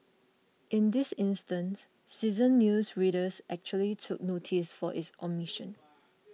in this instance seasoned news readers actually took noticed of this omission